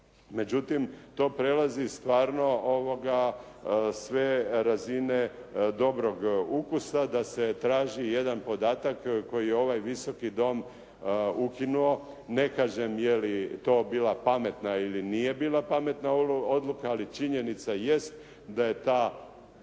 Međutim, to prelazi stvarno sve razine dobrog ukusa da se traži jedan podatak koji je ovaj Visoki dom ukinuo. Ne kažem je li to bila pametna ili nije bila pametna odluka, ali činjenica jest da je ta, da